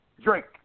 drink